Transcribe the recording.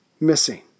missing